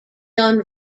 done